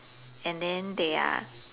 and then they are